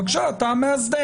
בבקשה אתה המאסדר,